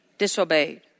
disobeyed